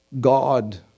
God